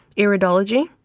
iridology,